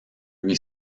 lui